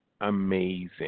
amazing